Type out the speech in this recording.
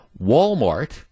Walmart